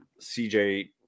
CJ